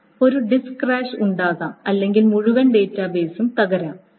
ഒരു disk crash ഉണ്ടാകാം അല്ലെങ്കിൽ മുഴുവൻ ഡാറ്റാബേസും തകരാo